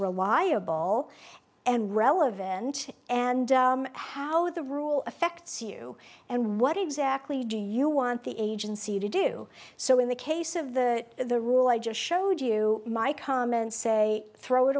reliable and relevant and how the rule affects you and what exactly do you want the agency to do so in the case of the the rule i just showed you my comments say throw it